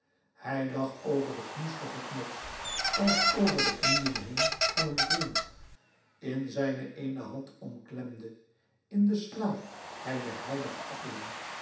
hij lag over den knoestigen knots als over de knieën heen van een vriend in zijne eene hand omklemde in den slaap hij de heilige appelen